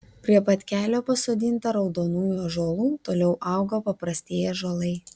prie pat kelio pasodinta raudonųjų ąžuolų toliau auga paprastieji ąžuolai